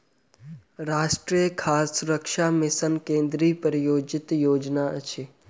राष्ट्रीय खाद्य सुरक्षा मिशन केंद्रीय प्रायोजित योजना अछि